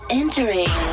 entering